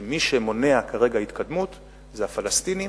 שמי שמונע כרגע התקדמות זה הפלסטינים,